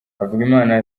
havugimana